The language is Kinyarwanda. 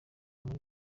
muri